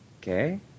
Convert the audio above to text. Okay